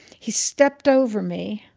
he stepped over me,